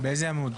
באיזה עמוד?